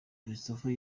christopher